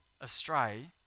astray